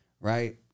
right